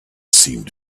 seemed